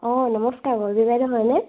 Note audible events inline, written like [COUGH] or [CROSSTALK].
অঁ নমস্কাৰ [UNINTELLIGIBLE] বাইদেউ হয়নে